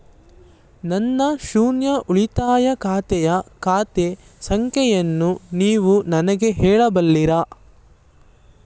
ನನ್ನ ಶೂನ್ಯ ಉಳಿತಾಯ ಖಾತೆಯ ಖಾತೆ ಸಂಖ್ಯೆಯನ್ನು ನೀವು ನನಗೆ ಹೇಳಬಲ್ಲಿರಾ?